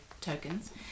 tokens